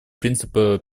принципа